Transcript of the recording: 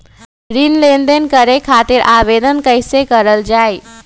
ऋण लेनदेन करे खातीर आवेदन कइसे करल जाई?